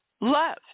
love